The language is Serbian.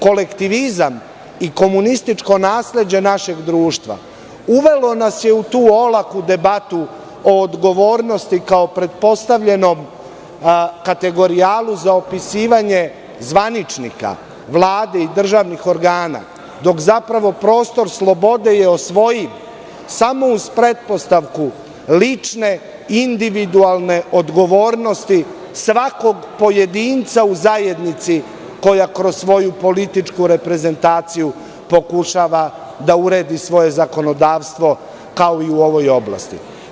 Kolektivizam i komunističko nasleđe našeg društva uvelo nas je u tu olaku debatu o odgovornosti, kao pretpostavljenom kategorijalu za opisivanje zvaničnika, Vlade i državnih organa, dok zapravo prostor slobode je osvojiv samo uz pretpostavku lične, individualne odgovornosti svakog pojedinca u zajednici, koja kroz svoju političku reprezentaciju pokušava da uredi svoje zakonodavstvo, kao i u ovoj oblasti.